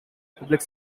public